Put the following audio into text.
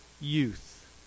youth